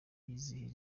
yizihije